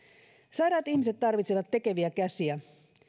sairaat ihmiset tarvitsevat tekeviä käsiä